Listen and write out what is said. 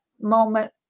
moment